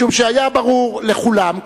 כיוון שהיה ברור לכולם,